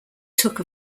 took